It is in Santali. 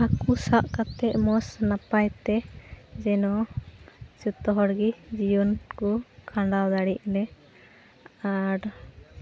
ᱦᱟᱹᱠᱩ ᱥᱟᱵ ᱠᱟᱛᱮᱫ ᱢᱚᱡᱽ ᱱᱟᱯᱟᱭ ᱛᱮ ᱡᱮᱱᱚ ᱡᱚᱛᱚ ᱦᱚᱲᱜᱮ ᱡᱤᱭᱚᱱ ᱠᱚ ᱠᱷᱟᱱᱰᱟᱣ ᱫᱟᱲᱮᱜ ᱞᱮ ᱟᱨ